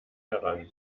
heran